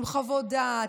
עם חוות דעת,